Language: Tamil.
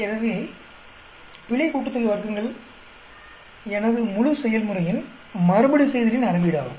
எனவே பிழை கூட்டுத்தொகை வர்க்கங்கள் எனது முழு செயல்முறையின் மறுபடிசெய்தலின் அளவீடு ஆகும்